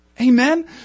Amen